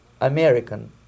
American